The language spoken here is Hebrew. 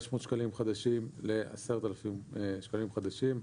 שקלים חדשים ל-10,000 שקלים חדשים.